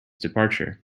departure